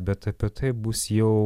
bet apie tai bus jau